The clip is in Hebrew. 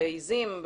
בעזים,